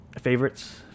Favorites